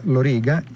Loriga